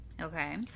Okay